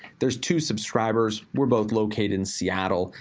there's two subscribers, we're both located in seattle.